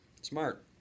Smart